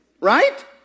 right